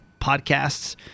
podcasts